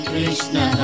Krishna